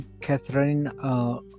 Catherine